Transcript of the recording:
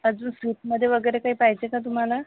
अजून सूपमध्ये वगैरे काही पाहिजे का तुम्हाला